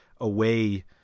away